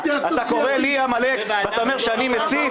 עושה התייעצות סיעתית --- אתה קורא לי עמלק ואתה אומר שאני מסית?